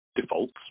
defaults